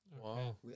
Wow